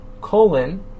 colon